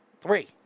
Three